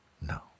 No